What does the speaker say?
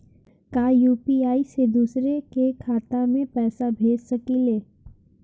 का यू.पी.आई से दूसरे के खाते में पैसा भेज सकी ले?